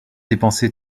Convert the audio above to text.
dépensé